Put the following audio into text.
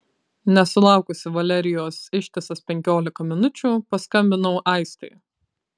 nesulaukusi valerijos ištisas penkiolika minučių paskambinau aistei